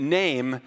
name